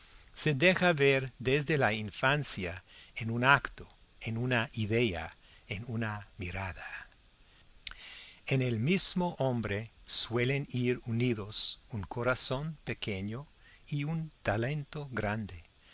se deja ver desde la infancia en un acto en una idea en una mirada en el mismo hombre suelen ir unidos un corazón pequeño y un talento grande